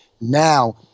Now